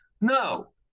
No